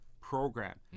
Program